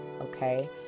okay